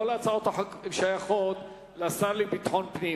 כל הצעות החוק שייכות לשר לביטחון פנים.